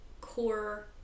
core